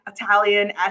Italian